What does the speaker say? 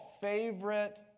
favorite